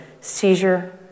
seizure